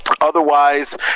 Otherwise